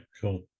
cool